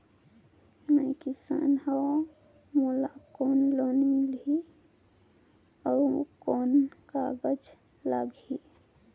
मैं किसान हव मोला कौन लोन मिलही? अउ कौन कागज लगही?